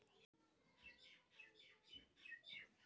हम credit card से कहीं भी पैसा निकल सके हिये की?